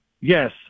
Yes